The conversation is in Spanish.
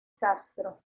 castro